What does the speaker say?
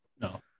No